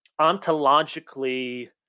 ontologically